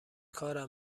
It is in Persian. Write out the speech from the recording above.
کارم